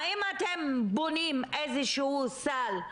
האם אתם בונים איזשהו סל,